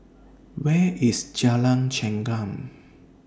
Where IS Jalan Chengam